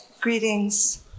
Greetings